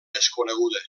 desconeguda